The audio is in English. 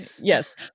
Yes